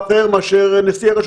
לנשיא הרשות